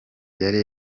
yari